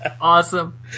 Awesome